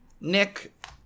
Nick